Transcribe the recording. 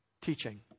teaching